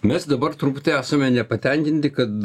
mes dabar truputį esame nepatenkinti kad